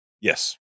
Yes